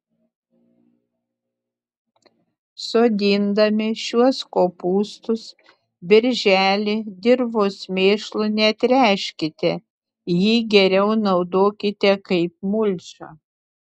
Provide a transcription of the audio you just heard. sodindami šiuos kopūstus birželį dirvos mėšlu netręškite jį geriau naudokite kaip mulčią